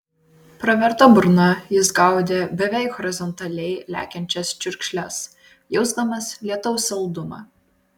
praverta burna jis gaudė beveik horizontaliai lekiančias čiurkšles jausdamas lietaus saldumą